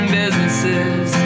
businesses